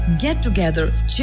get-together